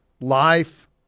life